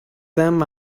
them